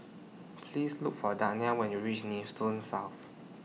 Please Look For Dayna when YOU REACH Nee Soon South